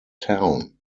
town